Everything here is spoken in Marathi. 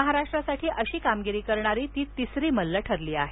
महाराष्ट्रासाठी अशी कामगिरी करणारी ती तिसरी मल्ल ठरली आहे